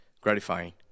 gratifying